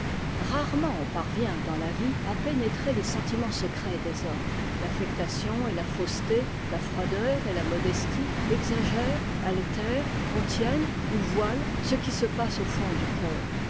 rarement on parvient dans la vie à pénétrer les sentiments secrets des hommes l'affectation et la fausseté la froideur et la modestie exagèrent altèrent contiennent ou voilent ce qui se passe au fond du coeur